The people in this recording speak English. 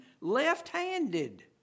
left-handed